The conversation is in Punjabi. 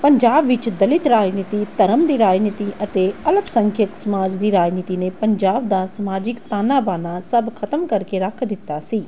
ਪੰਜਾਬ ਵਿੱਚ ਦਲਿਤ ਰਾਜਨੀਤੀ ਧਰਮ ਦੀ ਰਾਜਨੀਤੀ ਅਤੇ ਅਲਪ ਸੰਖਿਅਕ ਸਮਾਜ ਦੀ ਰਾਜਨੀਤੀ ਨੇ ਪੰਜਾਬ ਦਾ ਸਮਾਜਿਕ ਤਾਣਾ ਬਾਣਾ ਸਭ ਖਤਮ ਕਰਕੇ ਰੱਖ ਦਿੱਤਾ ਸੀ